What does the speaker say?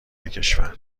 کشور